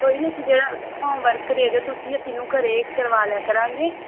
ਕੋਈ ਨਹੀਂ ਅਸੀਂ ਜਿਹੜਾ ਹੋਮਵਰਕ ਦੇ ਦਿਓ ਤੁਸੀਂ ਅਸੀਂ ਇਹਨੂੰ ਘਰੇ ਕਰਵਾ ਲਿਆ ਕਰਾਂਗੇ